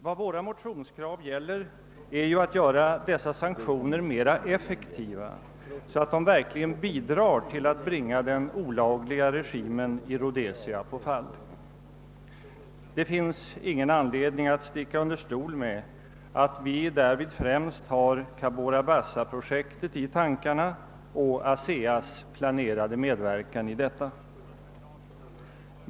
Herr talman! I och för sig är det naturligtvis mycket tillfredsställande att vårt land genomför ytterligare sanktioner mot Rhodesia. Vad våra motionskrav gäller är att göra dessa sanktioner mera effektiva, så att de verkligen bidrar till att bringa den olagliga regimen i Rhodesia på fall. Det finns ingen anledning att sticka under stol med att vi därvid främst har Cabora Bassa-projektet i tankarna och ASEA:s planerade medverkan i detta.